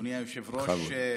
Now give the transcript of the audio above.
אדוני היושב-ראש,